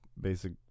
basic